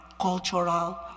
cultural